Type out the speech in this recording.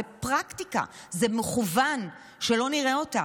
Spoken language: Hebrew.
זו פרקטיקה, זה מכוון, שלא נראה אותם.